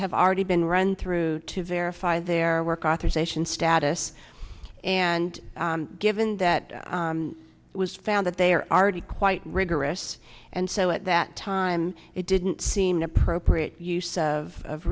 have already been run through to verify their work authorization status and given that it was found that they are already quite rigorous and so at that time it didn't seem appropriate use of